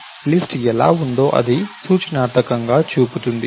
కాబట్టి లిస్ట్ ఎలా ఉంటుందో ఇది సూచనార్థకంగా చూపుతోంది